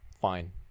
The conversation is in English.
fine